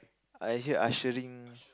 I hear ushering